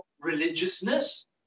religiousness